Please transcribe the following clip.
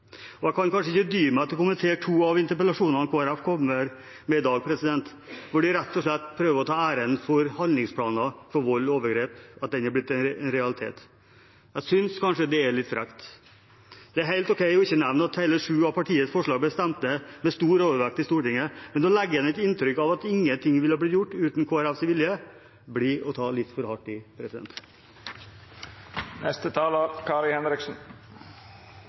alle. Jeg kan ikke dy meg for å kommentere to av interpellasjonene Kristelig Folkeparti kommer med i dag, hvor de rett og slett prøver å ta æren for at handlingsplanen mot vold og overgrep er blitt en realitet. Jeg synes kanskje det er litt frekt. Det er helt ok ikke å nevne at hele sju av partiets forslag ble stemt ned med stor overvekt i Stortinget, men det å legge igjen et inntrykk av at ingenting ville blitt gjort uten Kristelig Folkepartis vilje, blir å ta litt for hardt i.